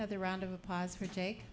now the round of applause for jay